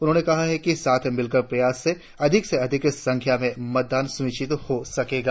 उन्होंने कहा कि साथ मिलकर प्रयास से अधिक से अधिक संख्या में मतदान सुनिश्चित हो सकेगा